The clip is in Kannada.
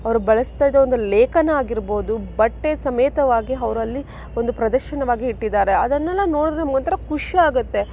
ಅವರು ಬಳಸ್ತಾ ಇದ್ದ ಒಂದು ಲೇಖನ ಆಗಿರ್ಬೋದು ಬಟ್ಟೆ ಸಮೇತವಾಗಿ ಅವ್ರು ಅಲ್ಲಿ ಒಂದು ಪ್ರದರ್ಶನವಾಗಿ ಇಟ್ಟಿದ್ದಾರೆ ಅದನ್ನೆಲ್ಲ ನೋಡಿದರೆ ನಮ್ಗೆ ಒಂಥರ ಖುಷಿ ಆಗತ್ತೆ